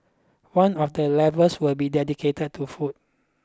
one of the levels will be dedicated to food